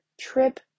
trip